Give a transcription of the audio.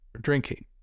drinking